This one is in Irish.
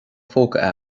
phóca